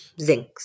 zinc